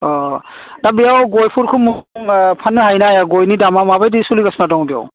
अ दा बेयाव गयखोफोरखौ फाननो हायोना हाया गयनि दामआ माबायदि सोलिगासिनो दं बेयाव